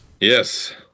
Yes